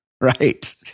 Right